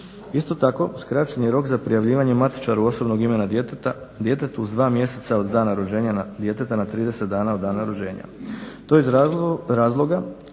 Isto tako skraćen je rok za prijavljivanje matičaru osobnog imena djeteta, djetetu s dva mjeseca od dana rođenja djeteta na 30 dana od dana rođenja.